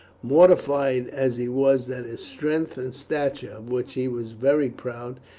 mortified as he was that his strength and stature, of which he was very proud,